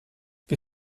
wir